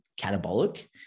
catabolic